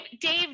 Dave